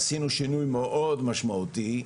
עשינו שינוי מאוד משמעותי,